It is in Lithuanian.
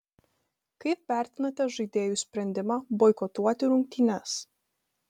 kaip vertinate žaidėjų sprendimą boikotuoti rungtynes